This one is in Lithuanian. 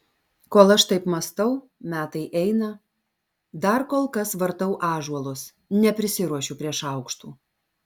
kol aš taip mąstau metai eina dar kol kas vartau ąžuolus neprisiruošiu prie šaukštų